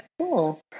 Cool